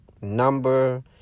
number